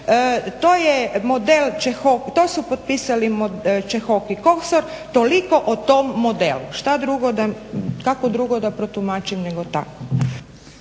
to su potpisali Čehok i Kosor. Toliko o tom modelu šta drugo kako drugo da protumačim nego tako.